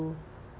to